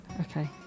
okay